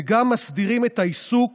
וגם מסדירים את העיסוק